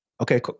okay